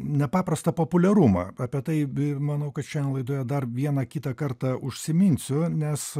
nepaprastą populiarumą apie tai manau kad šioje laidoje dar vieną kitą kartą užsiminsiu nes